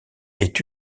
est